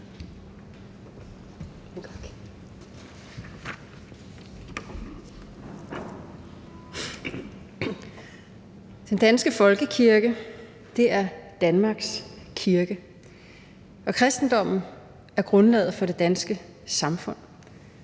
Den danske folkekirke er Danmarks kirke, og kristendommen er grundlaget for det danske samfund.